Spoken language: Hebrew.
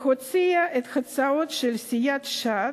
להוציא הצעות של סיעת ש"ס,